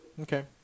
Okay